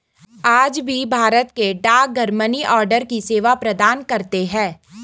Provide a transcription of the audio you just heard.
आज भी भारत के डाकघर मनीआर्डर की सेवा प्रदान करते है